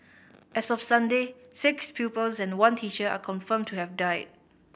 as of Sunday six pupils and one teacher are confirmed to have died